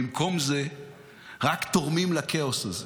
במקום זה רק תורמים לכאוס הזה.